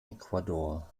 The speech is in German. ecuador